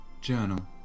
journal